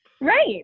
right